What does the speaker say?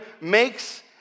makes